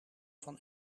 van